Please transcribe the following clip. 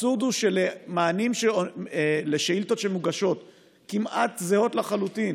האבסורד הוא שלמענים על שאילתות כמעט זהות לחלוטין